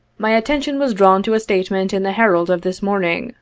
my attention was drawn to a statement in the herald of this morning,